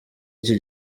iki